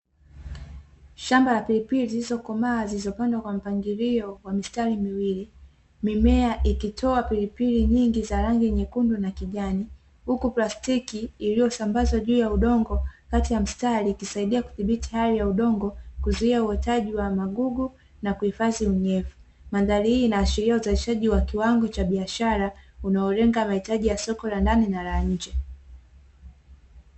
Shamba la pilipili zilizokomaa zilizopandwa kwa mpangilio wa mistari miwili, mimea ikitoa pilipili nyingi za rangi nyekundu na kijani, huku plastiki iliyosambazwa juu ya udongo kati ya mstari ikisaidia kudhibiti hali ya udongo, kuzuia uotaji wa magugu na kuhifadhi unyevu. Madhari hii inaashiria utayarishaji wa kiwango cha biashara, unaolenga mahitaji ya soko la ndani na la nje.